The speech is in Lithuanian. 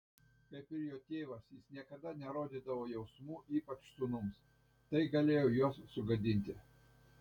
kaip ir jo tėvas jis niekada nerodydavo jausmų ypač sūnums tai galėjo juos sugadinti